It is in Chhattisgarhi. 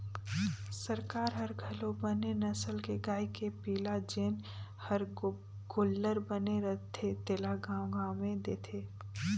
सरकार हर घलो बने नसल के गाय के पिला जेन हर गोल्लर बने रथे तेला गाँव गाँव में देथे